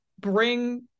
bring